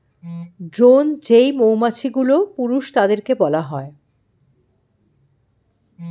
drone যেই মৌমাছিগুলো, পুরুষ তাদেরকে বলা হয়